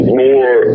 more